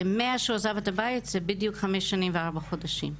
מאז שהוא עזב את הבית זה בדיוק חמש שנים וארבע חודשים.